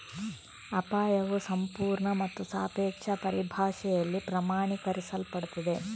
ಅಪಾಯವು ಸಂಪೂರ್ಣ ಮತ್ತು ಸಾಪೇಕ್ಷ ಪರಿಭಾಷೆಯಲ್ಲಿ ಪ್ರಮಾಣೀಕರಿಸಲ್ಪಡುತ್ತದೆ